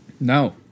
no